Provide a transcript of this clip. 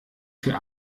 für